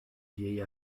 vieille